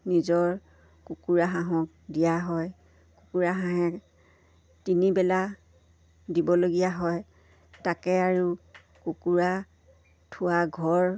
নিজৰ কুকুৰা হাঁহক দিয়া হয় কুকুৰা হাঁহে তিনিবেলা দিবলগীয়া হয় তাকে আৰু কুকুৰা থোৱা ঘৰ